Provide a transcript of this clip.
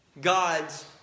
God's